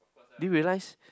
did you realise